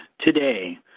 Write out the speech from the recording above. today